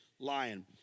lion